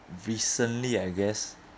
recently I guess